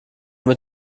mit